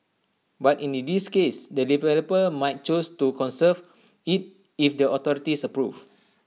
but in this case the developer might choose to conserve IT if the authorities approve